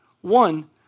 One